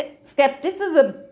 skepticism